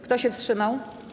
Kto się wstrzymał?